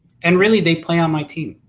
and really they play on my team.